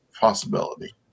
possibility